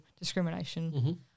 discrimination